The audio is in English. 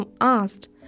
asked